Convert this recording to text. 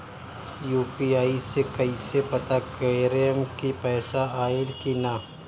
UPI से कईसे पता करेम की पैसा आइल की ना?